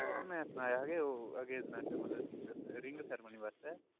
तुसें ई में सनाया हा के ओह् इंगेजमेंट मतलब रिंग सेरेमनी आस्तै